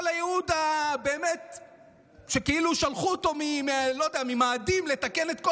כל הייעוד שכאילו שלחו אותו ממאדים לתקן את כל